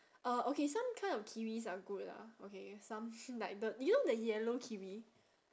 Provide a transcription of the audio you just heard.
uh okay some kind of kiwis are good lah okay some like the you know the yellow kiwi